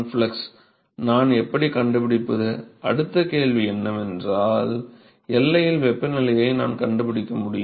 நான் எப்படி கண்டுபிடிப்பது அடுத்த கேள்வி என்னவென்றால் எல்லையில் வெப்பநிலையை நான் கண்டுபிடிக்க வேண்டுமா